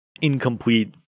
incomplete